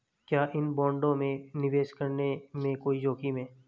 क्या इन बॉन्डों में निवेश करने में कोई जोखिम है?